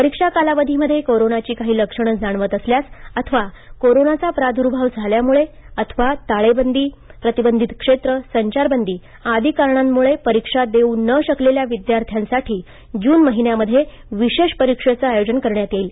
परीक्षा कालावधीमध्ये कोरोनाची काही लक्षणे जाणवत असल्यास अथवा कोरोनाचा प्रादुर्भाव झाल्यामुळे अथवा ताळेबंदी प्रतिबंधित क्षेत्र संचारबंदी आदी कारणांमुळे परीक्षा देऊ न शकलेल्या विद्यार्थ्यांसाठी जून महिन्यामध्ये विशेष परीक्षेचे आयोजन करण्यात येईल